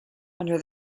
under